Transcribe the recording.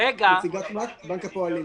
אני נציג בנק הפועלים.